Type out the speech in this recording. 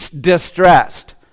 distressed